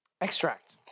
extract